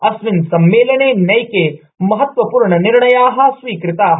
अस्मिन े सम्मेलने नैके महत्वपूर्णनिर्णयाः स्वीकृताः